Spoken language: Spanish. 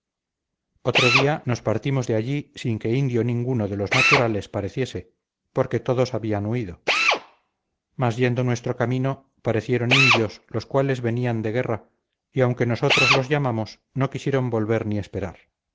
otro día nos partimos de allí sin que indio ninguno de los naturales pareciese porque todos habían huido más yendo nuestro camino parecieron indios los cuales venían de guerra y aunque nosotros los llamamos no quisieron volver ni esperar